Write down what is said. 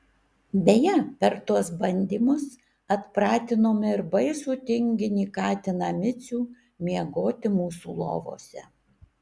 beje per tuos bandymus atpratinome ir baisų tinginį katiną micių miegoti mūsų lovose